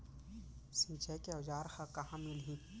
सिंचाई के औज़ार हा कहाँ मिलही?